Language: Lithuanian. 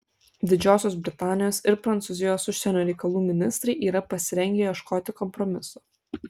didžiosios britanijos ir prancūzijos užsienio reikalų ministrai yra pasirengę ieškoti kompromiso